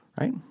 Right